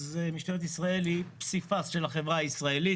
משטרת ישראל היא פסיפס של החברה הישראלית.